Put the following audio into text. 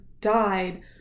died